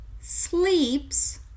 sleeps